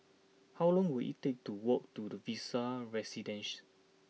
how long will it take to walk to the Vista Residences